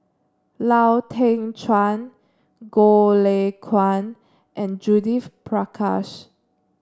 Lau Teng Chuan Goh Lay Kuan and Judith Prakash